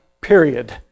period